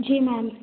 जी ma'am